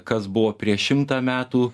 kas buvo prieš šimtą metų